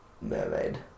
mermaid